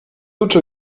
uczył